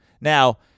Now